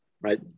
right